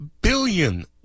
billion